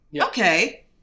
Okay